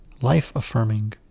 life-affirming